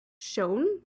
shown